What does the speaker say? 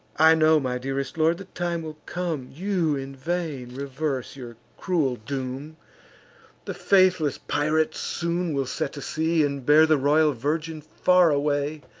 i know, my dearest lord, the time will come, you in vain, reverse your cruel doom the faithless pirate soon will set to sea, and bear the royal virgin far away!